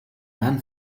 ran